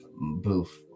boof